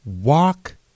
walk